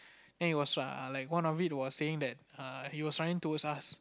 then it was what like one of it was saying that err he was running towards us